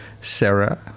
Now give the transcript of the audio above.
Sarah